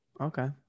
Okay